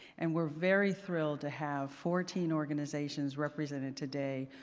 and we're very thrilled to have fourteen organizations represented today,